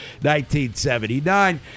1979